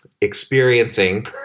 experiencing